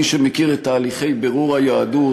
מי שמכיר את תהליכי בירור היהדות,